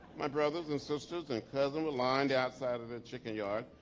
my brothers and sisters and cousin were lined outside of the chicken yard,